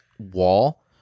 Wall